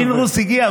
פינדרוס הגיע.